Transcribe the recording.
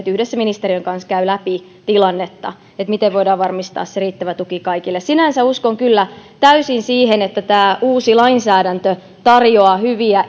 yhdessä ministeriön kanssa käyvät läpi tilannetta miten voidaan varmistaa se riittävä tuki kaikille sinänsä uskon kyllä täysin siihen että tämä uusi lainsäädäntö tarjoaa hyviä